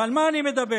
ועל מה אני מדבר?